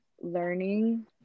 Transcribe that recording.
learning